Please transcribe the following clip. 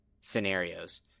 scenarios